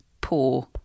poor